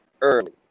early